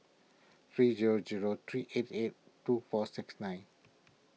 three zero zero three eight eight two four six nine